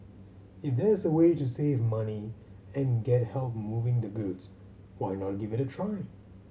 if there's a way to save money and get help moving the goods why not give it a try